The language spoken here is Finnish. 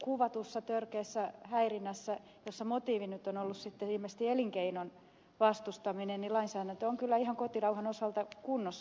kuvatussa törkeässä häirinnässä jossa motiivi nyt on ollut ilmeisesti elinkeinon vastustaminen lainsäädäntö on kyllä ihan kotirauhan osalta kunnossa